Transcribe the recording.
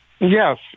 Yes